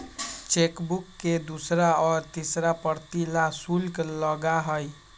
chequebook के दूसरा और तीसरा प्रति ला शुल्क लगा हई